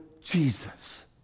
Jesus